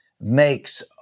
makes